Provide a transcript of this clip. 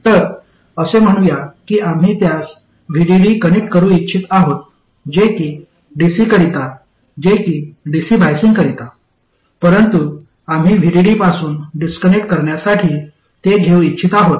तर असे म्हणूया की आम्ही त्यास VDD कनेक्ट करू इच्छित आहोत जे कि डीसीकरिता जे कि डीसी बाईसिंगकरिता परंतु आम्ही VDD पासून डिस्कनेक्ट करण्यासाठी ते घेऊ इच्छित आहोत